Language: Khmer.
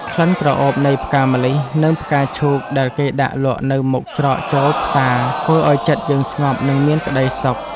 ក្លិនក្រអូបនៃផ្កាម្លិះ និងផ្កាឈូកដែលគេដាក់លក់នៅមុខច្រកចូលផ្សារធ្វើឱ្យចិត្តយើងស្ងប់និងមានក្ដីសុខ។